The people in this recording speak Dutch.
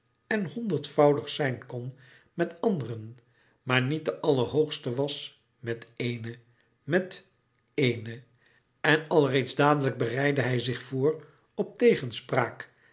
en honderdvoudig zijn kon met anderen maar niet de allerhoogste was met eene met eene en al reeds dadelijk bereidde hij zich voor op tegenspraak